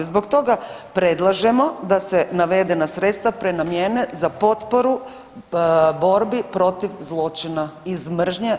Zbog toga predlažemo da se navedena sredstva prenamjene za potporu borbi protiv zločina iz mržnje.